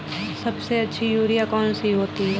सबसे अच्छी यूरिया कौन सी होती है?